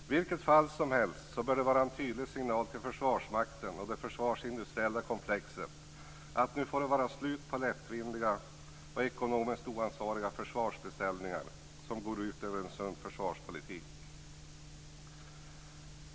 I vilket fall som helst bör det vara en tydlig signal till Försvarsmakten och det försvarsindustriella komplexet att det nu får vara slut på lättvindiga och ekonomiskt oansvariga försvarsbeställningar som går ut över en sund försvarspolitik.